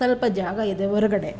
ಸ್ವಲ್ಪ ಜಾಗ ಇದೆ ಹೊರಗಡೆ